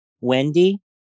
Wendy